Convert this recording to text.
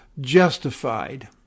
justified